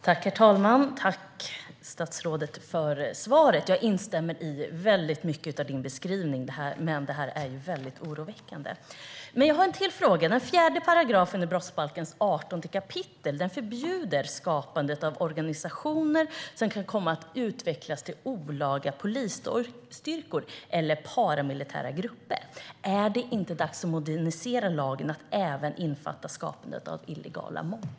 Herr talman! Jag tackar statsrådet för svaret och instämmer i väldigt mycket av hans beskrivning. Men det här är väldigt oroväckande. Jag har en till fråga. Enligt 18 kap. 4 § i brottsbalken är det förbjudet att skapa organisationer som kan komma att utvecklas till olaga polisstyrkor eller paramilitära grupper. Är det inte dags att modernisera lagen, så att den även innefattar skapandet av illegala mobbar?